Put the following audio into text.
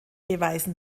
beweisen